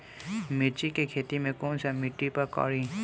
मिर्ची के खेती कौन सा मिट्टी पर करी?